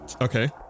Okay